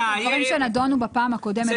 --- גם את הדברים שנדונו בפעם הקודמת,